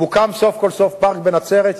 מוקם סוף כל סוף פארק בנצרת.